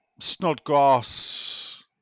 Snodgrass